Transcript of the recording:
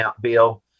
bill